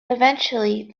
eventually